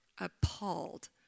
appalled